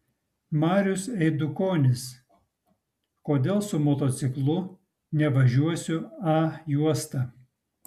marius eidukonis kodėl su motociklu nevažiuosiu a juosta